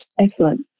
Excellent